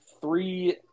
three –